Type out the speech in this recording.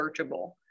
searchable